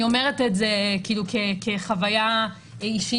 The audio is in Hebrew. אני אומרת את זה כחוויה אישית,